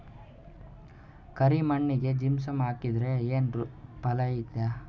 ಕರಿ ಮಣ್ಣಿಗೆ ಜಿಪ್ಸಮ್ ಹಾಕಿದರೆ ಏನ್ ಫಾಯಿದಾ?